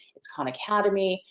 it's khan academy.